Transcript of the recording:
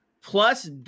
plus